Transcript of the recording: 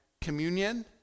communion